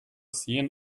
sehen